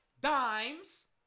dimes